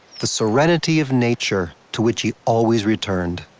the serenity of nature to which he always returned.